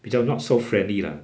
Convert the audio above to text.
比较 not so friendly lah